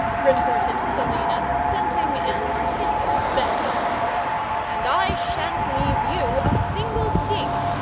retorted selina, scenting an artistic vengeance and i sha'n't leave you a single thing!